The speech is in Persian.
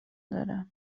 داره